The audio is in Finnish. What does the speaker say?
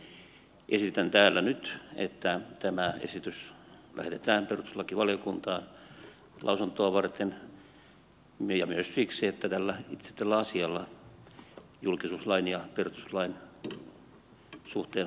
siksi esitän täällä nyt että tämä esitys lähetetään perustuslakivaliokuntaan lausuntoa varten ja myös siksi että itse tällä asialla julkisuuslain ja perustuslain suhteen osalta on merkitystä